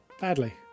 Badly